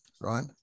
right